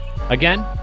Again